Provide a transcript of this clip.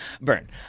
Burn